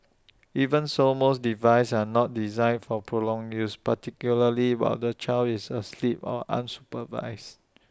even so most devices are not designed for prolonged use particularly while the child is asleep or unsupervised